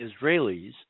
Israelis